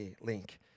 Link